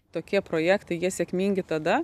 tokie projektai jie sėkmingi tada